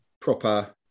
Proper